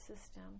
system